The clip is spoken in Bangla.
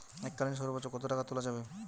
এককালীন সর্বোচ্চ কত টাকা তোলা যাবে?